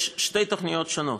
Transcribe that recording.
יש שתי תוכניות שונות,